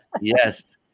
yes